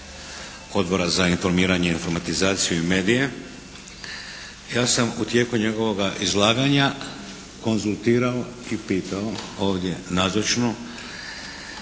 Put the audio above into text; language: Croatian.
Odbora za informiranje, informatizaciju i medije ja sam u tijeku njegovoga izlaganja konzultirao i pitao ovdje nazočnu